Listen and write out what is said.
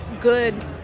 good